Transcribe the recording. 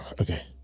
Okay